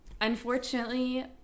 Unfortunately